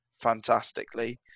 fantastically